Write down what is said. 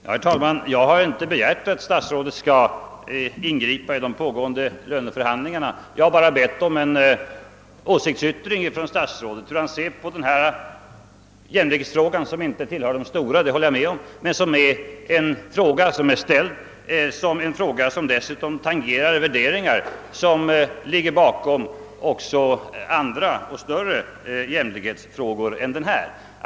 Herr talman! Jag har inte begärt att statsrådet skall ingripa i de pågående löneförhandlingarna; jag har bara bett om en åsiktsyttring från statsrådet, att få veta hur han ser på denna jämlikhetsfråga som inte tillhör "de stora — det håller jag med om. Frågan är emellertid ställd, och den tangerar dessutom värderingar som ligger bakom också andra och större jämlighetsfrågor än denna.